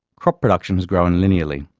crop production has grown linearly,